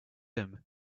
him